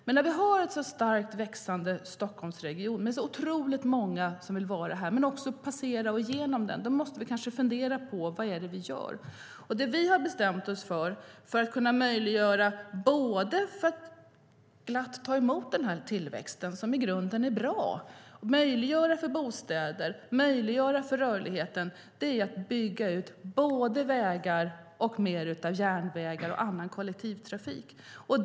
Med en så starkt växande Stockholmsregion, så otroligt många som vill vara här och passera igenom regionen, måste vi fundera över vad vi gör. För att kunna ta emot tillväxten, som i grunden är bra, bygga bostäder och göra det möjligt att röra sig måste vägar, järnväg och annan kollektivtrafik byggas ut.